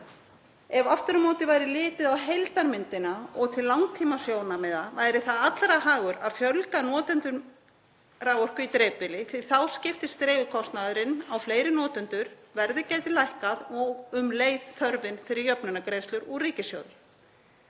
Ef aftur á móti væri litið á heildarmyndina og til langtímasjónarmiða væri það allra hagur að fjölga notendum raforku í dreifbýli því að þá skiptist dreifikostnaðurinn á fleiri notendur, verðið gæti lækkað og um leið þörfin minnkað fyrir jöfnunargreiðslur úr ríkissjóði.